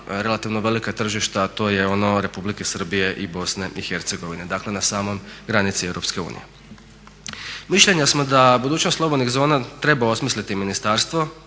relativno velika tržišta a to je ono Republike Srbije i Bosne i Hercegovine, dakle na samoj granici EU. Mišljenja smo da budućnost slobodnih zona treba osmisliti ministarstvo,